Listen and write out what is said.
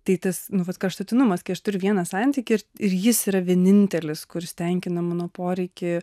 tai tas nu vat kraštutinumas kai aš turiu vieną santykį ir ir jis yra vienintelis kuris tenkina mano poreikį